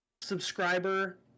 subscriber